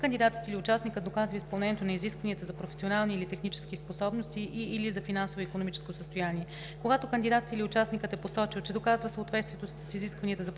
кандидатът или участникът доказва изпълнението на изискванията за професионални или технически способности и/или за финансово и икономическо състояние. Когато кандидатът или участникът е посочил, че доказва съответствието си с изискванията за професионални или технически способности